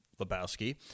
Lebowski